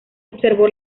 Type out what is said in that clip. observó